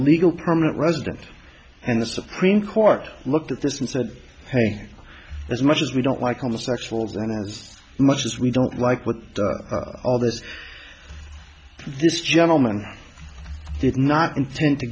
legal permanent resident and the supreme court looked at this and said hey as much as we don't like homosexuals and as much as we don't like what this gentleman did not intend to